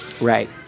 Right